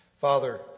Father